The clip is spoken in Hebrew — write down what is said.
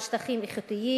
על שטחים איכותיים.